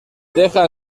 deja